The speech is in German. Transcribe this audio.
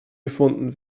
gefunden